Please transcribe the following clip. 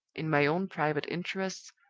in my own private interests,